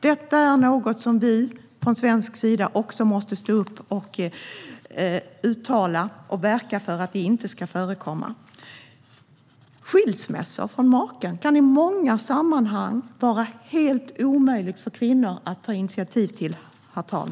Detta är något som vi från svensk sida också måste stå upp och uttala och verka för att det inte ska förekomma. Herr talman! Skilsmässa från maken kan i många sammanhang vara helt omöjligt för kvinnor att ta initiativ till.